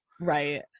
Right